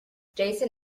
jason